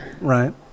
Right